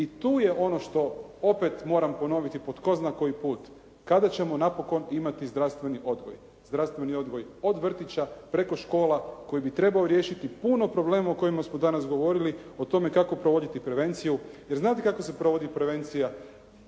i tu je ono što svakako opet moram ponoviti po tko zna koji put, kada ćemo napokon imati zdravstveni odgoj od vrtića preko škola, koji bi trebao riješiti puno problema o kojima smo danas govorili o tome kako provoditi prevenciju. Jer znate kako se provodi prevencija